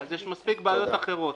אז יש מספיק בעיות אחרות.